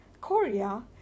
Korea